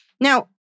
Now